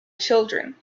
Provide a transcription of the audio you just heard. children